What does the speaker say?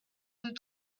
nous